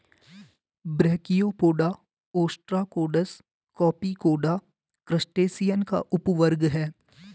brachiopoda, ostracods, copepoda, crustacean का उपवर्ग है